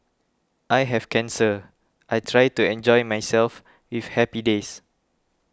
I have cancer I try to enjoy myself with happy days